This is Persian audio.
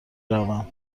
روم